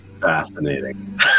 fascinating